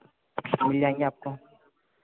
मिल जाऍंगे आपको